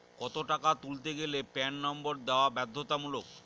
কত টাকা তুলতে গেলে প্যান নম্বর দেওয়া বাধ্যতামূলক?